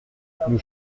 nous